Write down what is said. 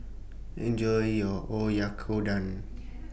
Enjoy your Oyakodon